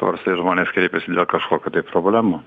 paprastai žmonės kreipiasi dėl kažkokių tai problemų